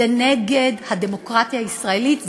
זה נגד הדמוקרטיה הישראלית,